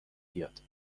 بیاد